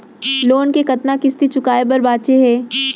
Loan के कतना किस्ती चुकाए बर बांचे हे?